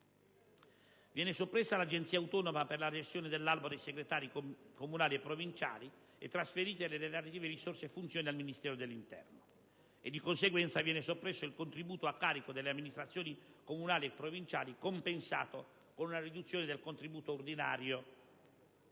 Viene soppressa l'agenzia autonoma per l'adesione all'albo dei segretari comunali e provinciali e vengono trasferite le relative risorse e funzioni al Ministero dell'interno. Di conseguenza, viene soppresso il contributo a carico delle amministrazioni comunali e provinciali, compensato con una riduzione del contributo ordinario